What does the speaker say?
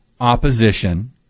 opposition